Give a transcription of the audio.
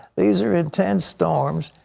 these are intense storms.